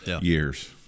years